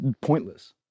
pointless